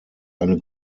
eine